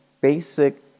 basic